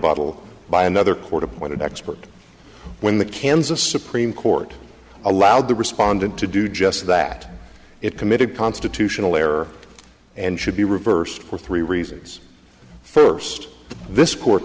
rebuttal by another court appointed expert when the kansas supreme court allowed the respondent to do just that it committed constitutional error and should be reversed for three reasons first this court